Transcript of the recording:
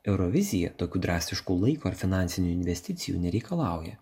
eurovizija tokių drastiškų laiko ar finansinių investicijų nereikalauja